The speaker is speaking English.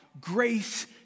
grace